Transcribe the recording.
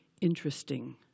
interesting